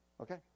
okay